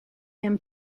him